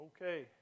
Okay